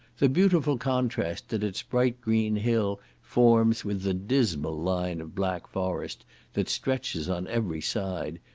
the beautiful contrast that its bright green hill forms with the dismal line of black forest that stretches on every side,